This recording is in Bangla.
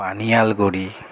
পানিয়ালগড়ি